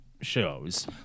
shows